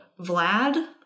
Vlad